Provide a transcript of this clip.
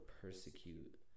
persecute